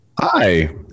Hi